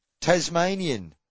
Tasmanian